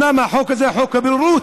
החוק הזה הוא חוק הבוררות,